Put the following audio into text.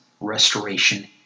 restoration